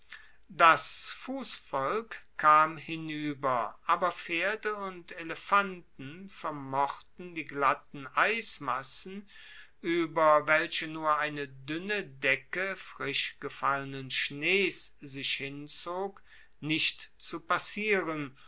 das fussvolk kam hinueber aber pferde und elefanten vermochten die glatten eismassen ueber welche nur eine duenne decke frischgefallenen schnees sich hinzog nicht zu passieren